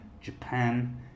Japan